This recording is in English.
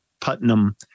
Putnam